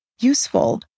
useful